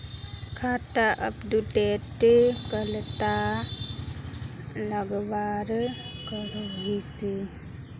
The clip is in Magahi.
खाता अपटूडेट कतला लगवार करोहीस?